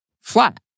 flat